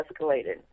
escalated